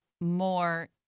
more